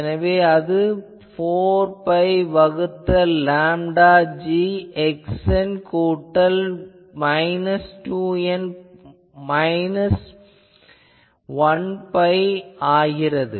ஆகவே இது 4 பை வகுத்தல் λg xn கூட்டல் மைனஸ் 2n மைனஸ் 1 பை ஆகும்